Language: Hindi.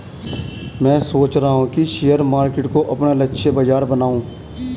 मैं सोच रहा हूँ कि शेयर मार्केट को अपना लक्ष्य बाजार बनाऊँ